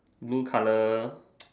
blue color